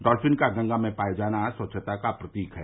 dolphin का गंगा में पाया जाना स्वच्छता का प्रतीक है